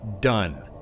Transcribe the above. done